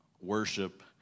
worship